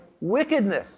wickedness